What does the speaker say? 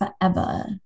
forever